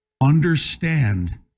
understand